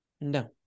No